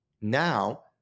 now